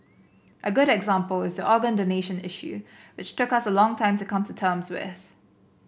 a good example is the organ donation issue which took us a long time to come to terms with